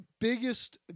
biggest